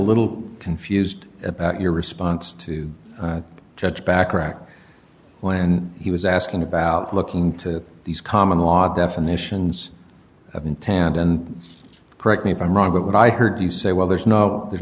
little confused about your response to judge bacharach when he was asking about looking to these common law definitions of intent and correct me if i'm wrong but what i heard you say well there's no there's